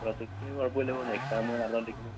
project കുഴപ്പമില്ലാതെ പോകുന്നു exam നടന്നുകൊണ്ടിരിക്കുന്നു